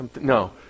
no